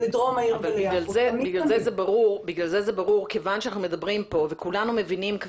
שחלק ממי שבא להשתמש בדרום העיר או בנווה שאנן חוזר לגור